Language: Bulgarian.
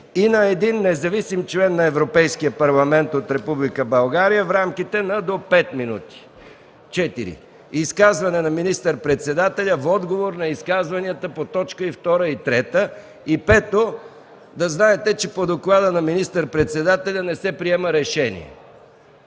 и на един независим член на Европейския парламент от Република България – в рамките на до 5 минути. 4. Изказване на министър-председателя в отговор на изказванията по т. 2 и 3. 5. По доклада на министър-председателя не се приема решение.”